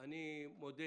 אני מודה